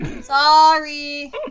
Sorry